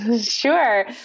sure